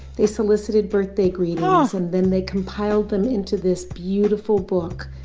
they solicited birthday greetings. aw. and then they compiled them into this beautiful book.